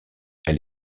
elle